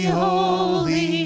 holy